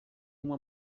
uma